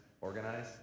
organize